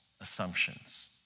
assumptions